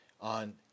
on